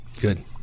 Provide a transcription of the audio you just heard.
Good